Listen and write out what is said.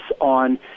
on